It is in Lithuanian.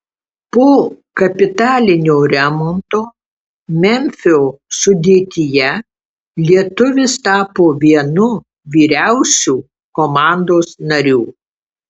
po kapitalinio remonto memfio sudėtyje lietuvis tapo vienu vyriausių komandos narių